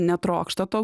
netrokšta to